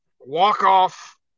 walk-off